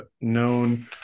known